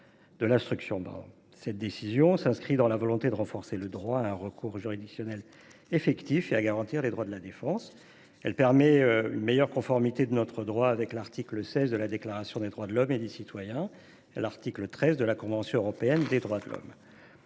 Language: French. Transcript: de l’instruction. Cette décision s’inscrit dans la volonté de renforcer le droit à un recours juridictionnel effectif et à garantir les droits de la défense. Elle permet une meilleure conformité de notre droit avec l’article 16 de la Déclaration des droits de l’homme et du citoyen et l’article 13 de la Convention européenne des droits de l’homme